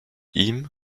ihm